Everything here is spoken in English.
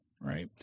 Right